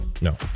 No